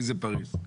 באיזה פריז.